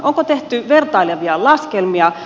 onko tehty vertailevia laskelmia